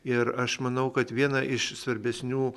ir aš manau kad vieną iš svarbesnių